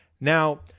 now